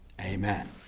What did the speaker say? Amen